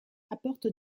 apporte